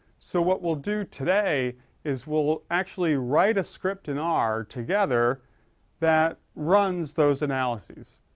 so what we'll do today is we'll actually write a script in r, together that runs those analyses.